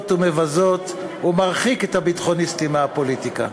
ומבזות ומרחיק את הביטחוניסטים מהפוליטיקה.